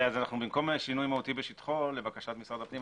במקום "שינוי מהותי בשטחו", לבקשת משרד הפני,